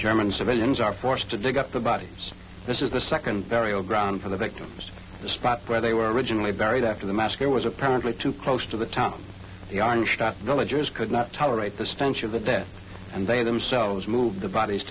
german civilians are forced to dig up the bodies this is the second burial ground for the victims the spot where they were originally buried after the massacre was apparently too close to the town villagers could not tolerate the stench of the death and they themselves moved the bodies